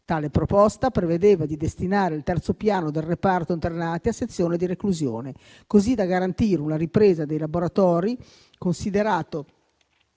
Tale proposta prevedeva di destinare il terzo piano del reparto internati a sezione di reclusione, così da garantire una ripresa dei laboratori, considerato